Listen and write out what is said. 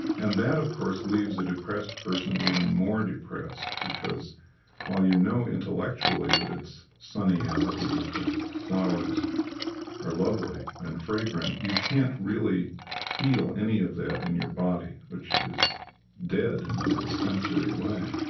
and that, of course, leaves a depressed person even more depressed, because while you know, intellectually, that it's sunny out and that the flowers are lovely and fragrant, you can't really feel any of that in your body, which is dead and in a sensory way.